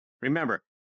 Remember